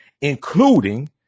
including